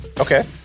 Okay